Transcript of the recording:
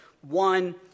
one